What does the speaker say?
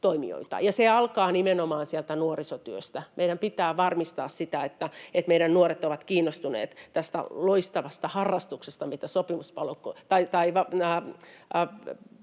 se alkaa nimenomaan nuorisotyöstä. Meidän pitää varmistaa se, että meidän nuoret ovat kiinnostuneita tästä loistavasta harrastuksesta, mitä palokunnat